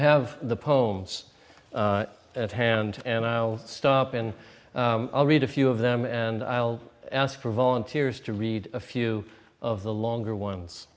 have the poems at hand and i'll stop and i'll read a few of them and i'll ask for volunteers to read a few of the longer ones